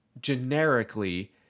generically